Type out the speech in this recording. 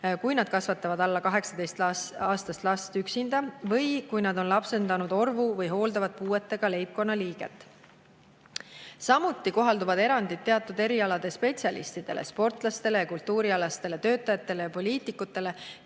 kui nad kasvatavad alla 18‑aastast last üksinda või kui nad on lapsendanud orvu või hooldavad puuetega leibkonnaliiget. Samuti kohalduvad erandid teatud erialade spetsialistidele, sportlastele, kultuuritöötajatele ja poliitikutele,